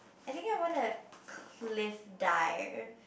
I think I want the cliff diver